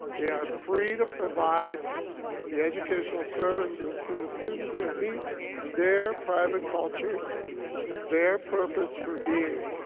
they are free to provide the educational services to the students that meet their private cultures their purpose for being.